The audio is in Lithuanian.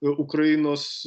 ir ukrainos